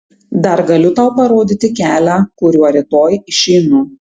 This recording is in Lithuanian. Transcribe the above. dar galiu tau parodyti kelią kuriuo rytoj išeinu